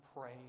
pray